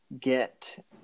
get